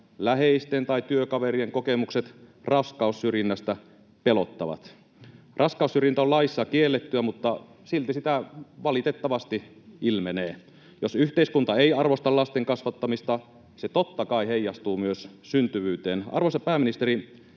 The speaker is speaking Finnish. läheisten tai työkaverien kokemukset raskaussyrjinnästä pelottavat. Raskaussyrjintä on laissa kiellettyä, mutta silti sitä valitettavasti ilmenee. Jos yhteiskunta ei arvosta lasten kasvattamista, se totta kai heijastuu myös syntyvyyteen. Arvoisa pääministeri,